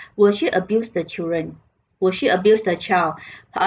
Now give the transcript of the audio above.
will she abused the children will she abused the child